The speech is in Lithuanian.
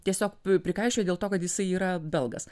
tiesiog prikaišiojo dėl to kad jisai yra belgas